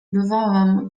bywałem